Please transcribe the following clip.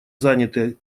заняты